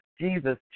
Jesus